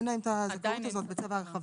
אין להם את הזכאות הזאת בצו ההרחבה.